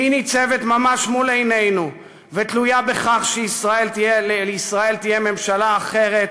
כי היא ניצבת ממש מול עינינו ותלויה בכך שלישראל תהיה ממשלה אחרת,